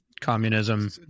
Communism